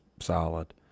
solid